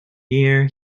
year